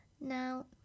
Now